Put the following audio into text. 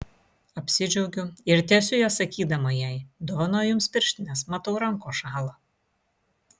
apsidžiaugiu ir tiesiu jas sakydama jai dovanoju jums pirštines matau rankos šąla